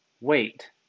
Wait